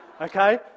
Okay